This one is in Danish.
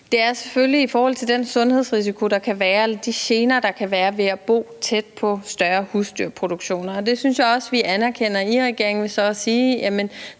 er selvfølgelig i forhold til den sundhedsrisiko eller de gener, der kan være ved at bo tæt på større husdyrproduktioner. Og det synes jeg også vi anerkender i regeringen ved så at sige, at